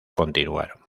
continuaron